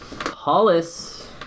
Hollis